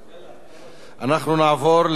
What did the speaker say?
אנחנו נעבור להצעת החוק הבאה,